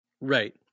Right